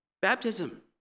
Baptism